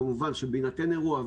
כמובן בהינתן אירוע,